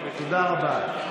תודה רבה.